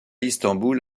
istanbul